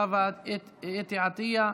חוה אתי עטייה,